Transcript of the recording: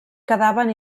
quedaven